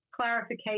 clarification